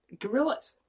gorillas